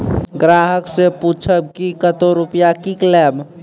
ग्राहक से पूछब की कतो रुपिया किकलेब?